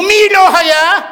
ומי לא היה?